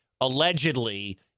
allegedly